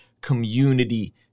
community